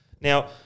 Now